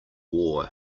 war